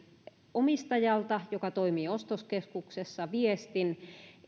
omistajalta joka toimii ostoskeskuksessa viestin